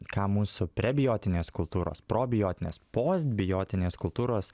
ką mūsų prebiotinės kultūros probiotinės postbiotinės kultūros